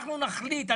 אנחנו נחליט,